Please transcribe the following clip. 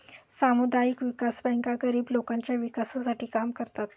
सामुदायिक विकास बँका गरीब लोकांच्या विकासासाठी काम करतात